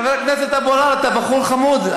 חבר הכנסת אבו עראר, אתה בחור חמוד.